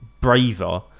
Braver